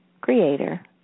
Creator